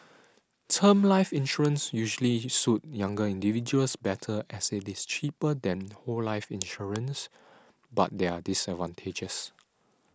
term life insurance usually suit younger individuals better as it is cheaper than whole life insurance but there are disadvantages